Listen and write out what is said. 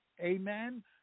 Amen